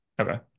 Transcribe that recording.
Okay